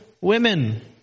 women